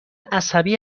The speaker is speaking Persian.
عصبی